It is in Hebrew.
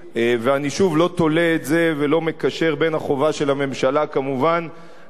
לא תולה את זה ולא מקשר בין החובה של הממשלה להדביק את